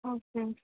okay